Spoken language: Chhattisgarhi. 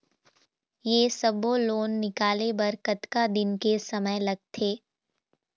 ये सब्बो लोन निकाले बर कतका दिन के समय लगथे?